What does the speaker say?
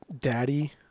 Daddy